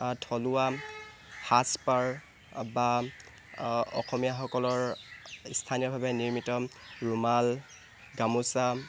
থলুৱা সাজ পাৰ বা অসমীয়াসকলৰ স্থানীয়ভাৱে নিৰ্মিত ৰুমাল গামোচা